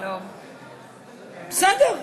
בסדר,